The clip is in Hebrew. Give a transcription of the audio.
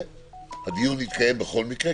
הדיון יתקיים בכל מקרה,